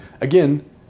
again